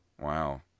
Wow